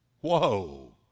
Whoa